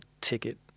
ticket